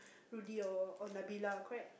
Rudy or Nabila correct